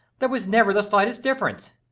there was never the slightest difference